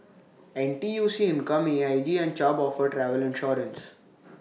N T U C income A I G and Chubb offer travel insurance